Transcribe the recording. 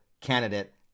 candidate